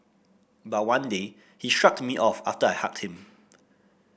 but one day he shrugged me off after I hugged him